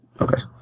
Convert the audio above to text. okay